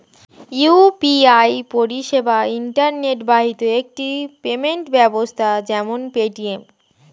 UPI পরিষেবা internet বাহিত একটি পেমেন্ট ব্যবস্থা যেমন পেটিএম